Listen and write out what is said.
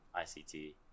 ICT